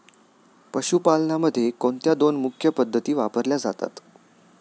पशुपालनामध्ये कोणत्या दोन मुख्य पद्धती वापरल्या जातात?